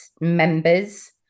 members